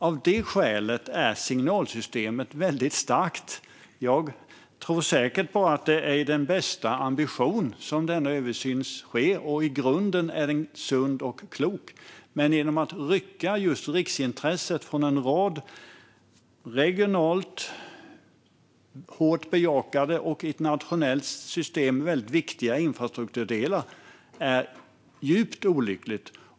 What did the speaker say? Av det skälet är signalsystemet väldigt starkt. Jag tror säkert att denna översyn sker med den bästa ambition och att den i grunden är sund och klok. Men att rycka just riksintresset från en rad regionalt mycket bejakade och i ett nationellt system väldigt viktiga infrastrukturdelar är djupt olyckligt.